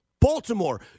Baltimore